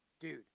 dude